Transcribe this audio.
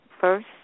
first